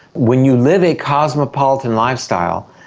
when you live a cosmopolitan lifestyle,